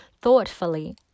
thoughtfully